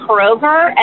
Kroger